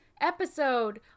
episode